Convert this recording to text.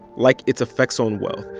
like its effects on wealth.